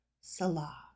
Salah